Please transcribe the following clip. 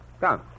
Come